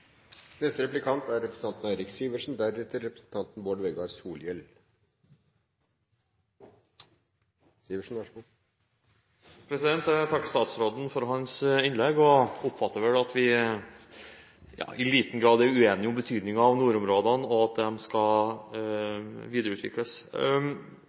Jeg takker statsråden for hans innlegg og oppfatter at vi i liten grad er uenige om betydningen av nordområdene og at de skal